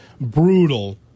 brutal